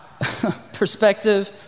Perspective